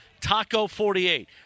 TACO48